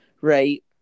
right